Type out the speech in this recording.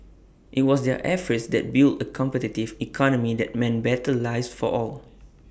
IT was their efforts that built A competitive economy that meant better lives for all